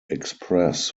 express